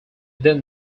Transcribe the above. then